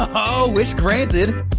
oh, wish granted!